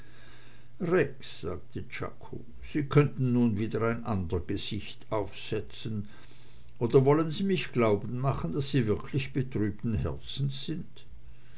sagte czako sie könnten nun wieder ein ander gesicht aufsetzen oder wollen sie mich glauben machen daß sie wirklich betrübten herzens sind